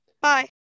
bye